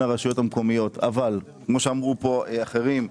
הרשויות המקומיות אבל כמו שאמרו כאן אחרים,